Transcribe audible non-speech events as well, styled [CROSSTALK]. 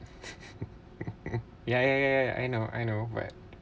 [LAUGHS] ya ya ya I know I know where